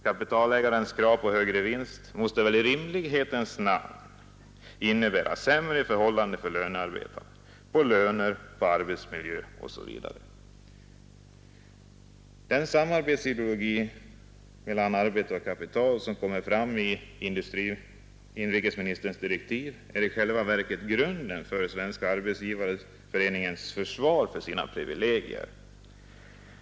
Kapitalägarens krav på högre vinst måste väl i rimlighetens namn innebära sämre förhållanden för lönearbetaren i fråga om löner, arbetsmiljö osv. Den ideologi om samarbete mellan arbete och kapital som kommer fram i inrikesministerns direktiv är i själva verket grunden för Arbetsgivareföreningens försvar för sina delägares privilegier.